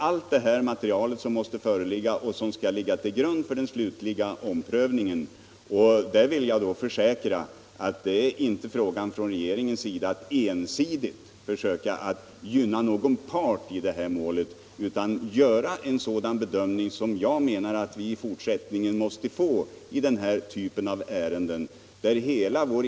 Allt det materialet måste föreligga inför den slutliga omprövningen, och jag vill försäkra att det är inte fråga om från regeringens sida att försöka ensidigt gynna någon part i det här målet. Avsikten är att försöka göra en sådan bedömning som jag anser att vi i fortsättningen måste få i den här typen av ärenden.